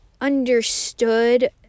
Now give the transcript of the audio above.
understood